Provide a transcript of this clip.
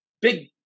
big